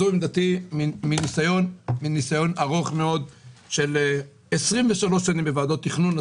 זו עמדתי מניסיון ארוך של 23 שנים בוועדות תכנון.